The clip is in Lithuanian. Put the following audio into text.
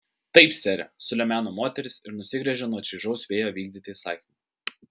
taip sere sulemeno moteris ir nusigręžė nuo čaižaus vėjo vykdyti įsakymų